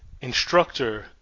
instructor